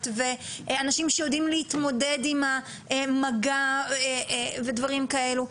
ואנשים שיודעים להתמודד עם המגע ודברים כאלה.